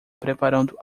preparando